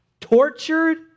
tortured